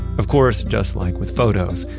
of course, just like with photos,